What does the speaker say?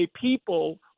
people